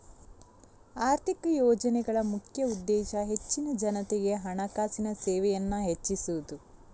ಆರ್ಥಿಕ ಯೋಜನೆಗಳ ಮುಖ್ಯ ಉದ್ದೇಶ ಹೆಚ್ಚಿನ ಜನತೆಗೆ ಹಣಕಾಸಿನ ಸೇವೆಯನ್ನ ಹೆಚ್ಚಿಸುದು